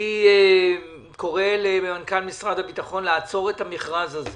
אני קורא למנכ"ל משרד הביטחון לעצור את המכרז הזה,